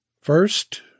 First